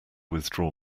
withdraw